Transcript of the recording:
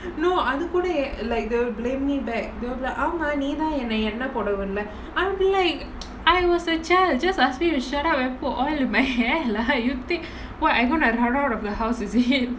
no அது கூட:athu kooda like they will blame me back they'll be like ஆமா நீ தான் என்ன எண்ணெய் போட விடல:aamaa nee thaan enna ennai poda vidala I'll be like I was a child just ask me to shut up and put oil in my hair lah you think [what] I'm gonna run out of the house is it